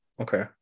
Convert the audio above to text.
Okay